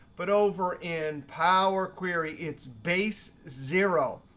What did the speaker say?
but over in power query, it's base zero.